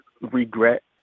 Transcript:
regret